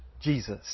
Jesus